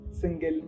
single